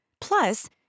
Plus